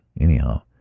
Anyhow